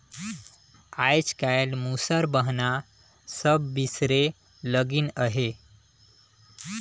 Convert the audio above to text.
आएज काएल मूसर बहना सब बिसरे लगिन अहे